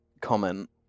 comment